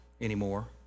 anymore